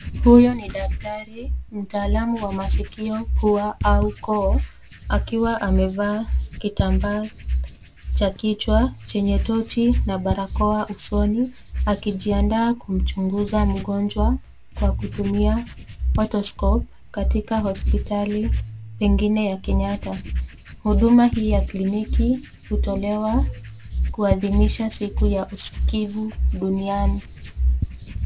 Huyo ni daktari mtaalamu wa maskio, pua au koo akiwa amevaa kitambaa cha kichwa chenye tochi na barakoa usoni akijiandaa kuchunguza mgonjwa kw akutumia otoscope katika hospitali ingine ya Kenyata. Huduma hii ya kliniki hutolewa kuadhimisha siku ya usikivu duniani.